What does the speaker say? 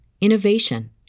innovation